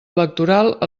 electoral